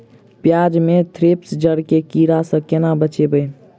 प्याज मे थ्रिप्स जड़ केँ कीड़ा सँ केना बचेबै?